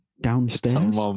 downstairs